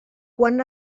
quan